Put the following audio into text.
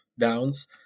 downs